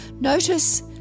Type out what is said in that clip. Notice